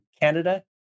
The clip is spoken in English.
Canada